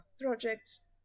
projects